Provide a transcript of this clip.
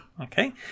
okay